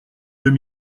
deux